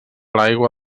l’aigua